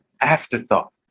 afterthought